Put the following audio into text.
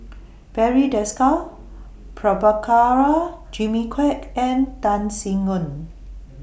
Barry Desker Prabhakara Jimmy Quek and Tan Sin Aun